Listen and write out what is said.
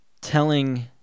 telling